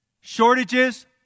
shortages